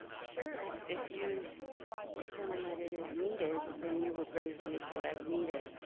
sure if if you determine that it is needed, then you would raise the issue as needed.